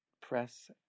press